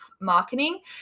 marketing